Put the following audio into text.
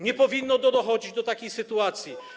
Nie powinno dochodzić do takich sytuacji.